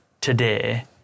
today